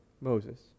Moses